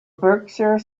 berkshire